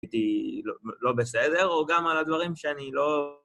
הייתי לא בסדר, או גם על הדברים שאני לא...